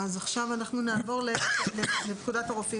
עכשיו נעבור לפקודת הרופאים